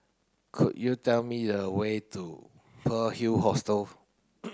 could you tell me the way to Pearl's Hill Hostel